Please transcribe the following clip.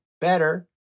better